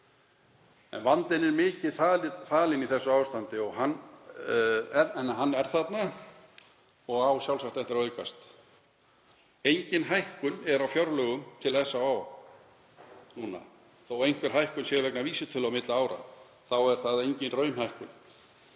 Vandinn er mikið falinn í þessu ástandi en hann er þarna og á sjálfsagt eftir að aukast. Engin hækkun er á fjárlögum til SÁÁ núna. Þó að einhver hækkun sé vegna vísitölu á milli ára þá er það engin raunhækkun.